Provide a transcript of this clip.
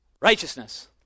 righteousness